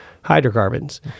hydrocarbons